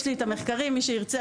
יש לי את המחקרים ומי שירצה,